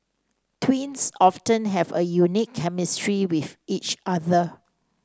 twins often have a unique chemistry with each other